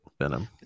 Venom